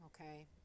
okay